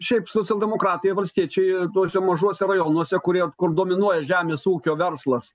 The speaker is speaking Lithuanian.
šiaip socialdemokratai valstiečiai tuose mažuose rajonuose kur jie kur dominuoja žemės ūkio verslas